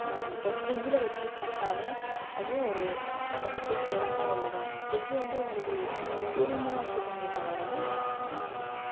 இப்போ ஃப்ரிட்ஜில் வைச்சி சாப்பிட்டாலும் அதுவும் ஒரு உடம்புக்குக் கேடான ஒன்றுதான் ஃப்ரிட்ஜ் வந்து உங்களுக்கு கூலிங்காக வைச்சுக்குமே தவிர